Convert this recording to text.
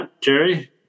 Jerry